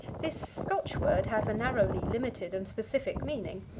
this scotch word has a narrowly limited and specific meaning.